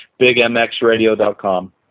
bigmxradio.com